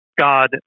God